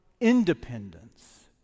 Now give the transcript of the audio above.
independence